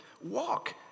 Walk